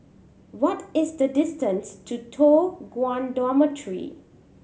what is the distance to Toh Guan Dormitory